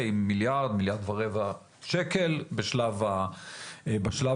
עם מיליארד, מיליארד ורבע שקל בשלב הראשוני,